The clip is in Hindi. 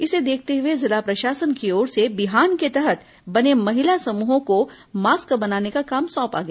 इसे देखते हुए जिला प्रशासन की ओर से बिहान के तहत बने महिला समूहों को मास्क बनाने का काम सौंपा गया